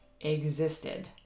existed